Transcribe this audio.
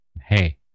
Hey